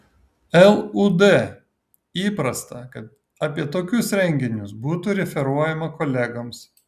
lud įprasta kad apie tokius renginius būtų referuojama kolegoms